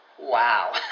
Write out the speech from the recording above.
Wow